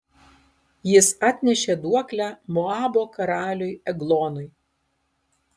jis atnešė duoklę moabo karaliui eglonui